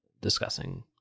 discussing